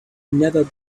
never